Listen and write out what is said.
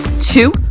two